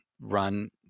run